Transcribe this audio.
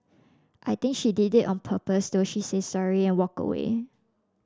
I think she did it on purpose though she said sorry and walked away